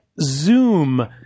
Zoom